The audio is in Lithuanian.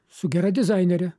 su gera dizainere